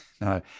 No